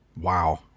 Wow